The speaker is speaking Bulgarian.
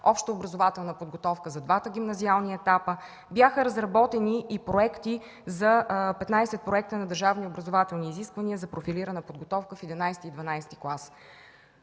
общообразователна подготовка за двата гимназиални етапа, бяха разработени и проекти за петнадесет проекта на държавни и образователни изисквания за профилирана подготовка за ХІ и ХІІ клас.